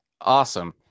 Awesome